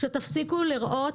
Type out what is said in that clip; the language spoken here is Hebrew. שנפסיק לראות